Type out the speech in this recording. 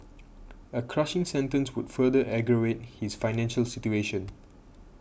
a crushing sentence would further aggravate his financial situation